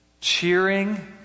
cheering